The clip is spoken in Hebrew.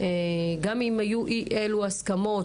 גם אם היו אי אילו הסכמות.